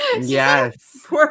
yes